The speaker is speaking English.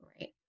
Right